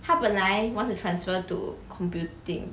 他本来 want to transfer to computing